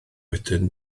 wedyn